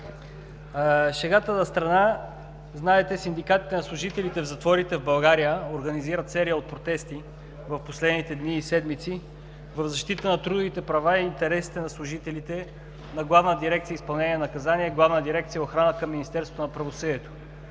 Шегата настрана, знаете, синдикатите на служителите в затворите в България организират серия от протести в последните дни и седмици в защита на трудовите права и интересите на служителите на Главна дирекция „Изпълнение на наказанията“ и Главна дирекция „Охрана“ към Министерството на правосъдието.